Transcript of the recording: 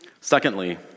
Secondly